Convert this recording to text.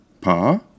Pa